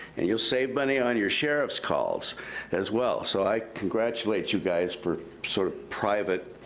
and you'll save money on your sheriff's calls as well. so i congratulate you guys for sort of private,